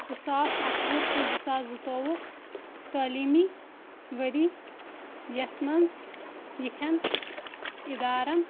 زٕ ساس اَکوُہ تہٕ زٕ ساس زٕتووُہ تٔعلیٖمی ؤرۍ یَس منٛز یِتھیٚن اِدارن